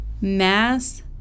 mass